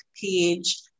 page